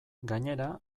gainera